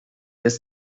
des